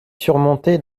surmontée